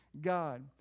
god